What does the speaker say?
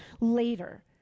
later